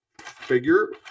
figure